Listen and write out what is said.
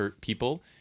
people